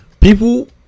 people